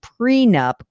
prenup